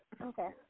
Okay